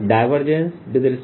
r r